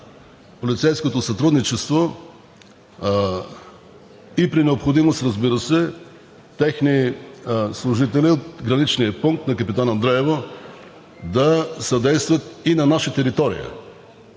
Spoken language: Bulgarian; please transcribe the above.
полицейското сътрудничество и при необходимост, разбира се, техни служители в граничния пункт на Капитан Андреево да съдействат и на наша територия,